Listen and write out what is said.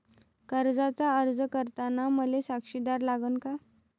कर्जाचा अर्ज करताना मले साक्षीदार लागन का?